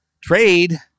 trade